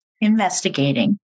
Investigating